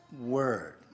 word